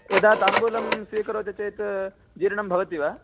यदा ताम्बूलं स्वीकरोति चेत् जीर्णं भवति वा